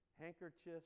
handkerchiefs